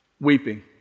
weeping